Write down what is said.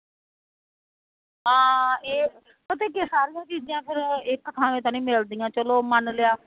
ਹਾਂ ਇਹ ਪਤਾ ਕੀ ਏ ਸਾਰੀਆਂ ਚੀਜ਼ਾਂ ਫਿਰ ਇੱਕ ਥਾਵੇਂ ਤਾਂ ਨਹੀਂ ਮਿਲਦੀਆਂ ਚਲੋ ਮੰਨ ਲਿਆ